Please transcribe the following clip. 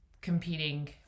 competing